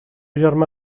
germà